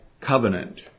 covenant